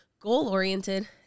Goal-oriented